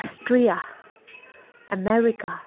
Austria America